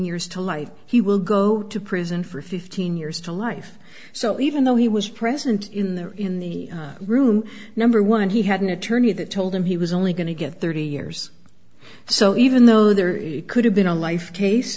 years to life he will go to prison for fifteen years to life so even though he was present in there in the room number one he had an attorney that told him he was only going to get thirty years so even though there could have been a life case